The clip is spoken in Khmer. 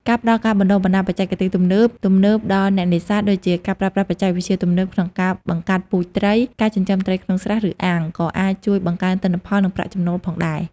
ការផ្តល់ការបណ្តុះបណ្តាលបច្ចេកទេសទំនើបៗដល់អ្នកនេសាទ ដូចជាការប្រើប្រាស់បច្ចេកវិទ្យាទំនើបក្នុងការបង្កាត់ពូជត្រី ការចិញ្ចឹមត្រីក្នុងស្រះ ឬអាង ក៏អាចជួយបង្កើនទិន្នផល និងប្រាក់ចំណូលផងដែរ។